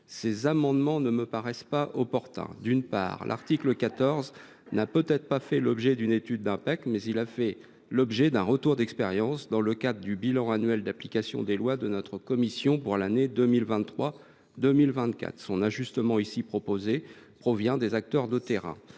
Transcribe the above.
ces amendements ne me paraît pas opportune. D’une part, l’article 14 n’a peut être pas fait l’objet d’une étude d’impact, mais il a profité d’un retour d’expérience dans le cadre du bilan annuel d’application des lois de notre commission pour l’année 2023 2024. L’ajustement ici proposé provient justement des acteurs de terrain.